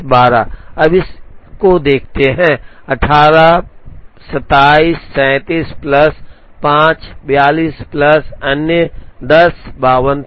अब हम इस को देखते हैं 18 27 37 प्लस 5 42 प्लस अन्य 10 52था